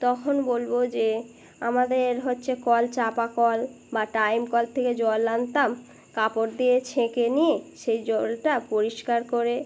তখন বলবো যে আমাদের হচ্ছে কল চাপা কল বা টাইম কল থেকে জল আনতাম কাপড় দিয়ে ছেঁকে নিয়ে সেই জলটা পরিষ্কার করে